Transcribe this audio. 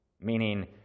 Meaning